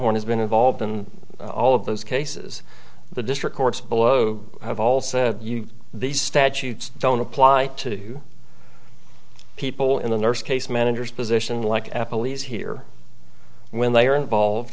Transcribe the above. has been involved in all of those cases the district courts below have all said you know these statutes don't apply to people in the nurse case managers position like apple leaves here when they are involved